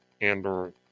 Andor